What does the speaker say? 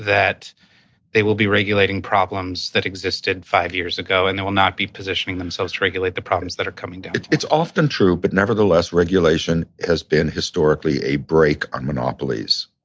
that they will be regulating problems that existed five years ago, and they will not be positioning themselves to regulate the problems that are coming down the. it's often true, but nevertheless, regulation has been historically a break on monopolies.